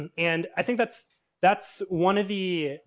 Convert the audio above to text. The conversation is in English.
and and i think that's that's one of the.